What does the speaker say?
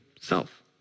self